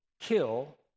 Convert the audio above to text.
kill